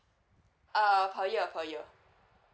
err per year per year